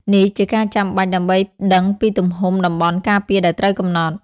នេះជាការចាំបាច់ដើម្បីដឹងពីទំហំតំបន់ការពារដែលត្រូវកំណត់។